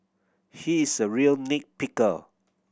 he is a real nit picker